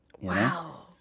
Wow